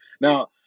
Now